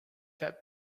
that